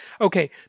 Okay